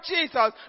Jesus